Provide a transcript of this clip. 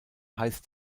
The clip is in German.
heisst